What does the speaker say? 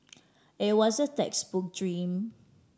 it was the textbook dream